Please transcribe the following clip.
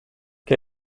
che